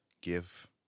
Give